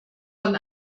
von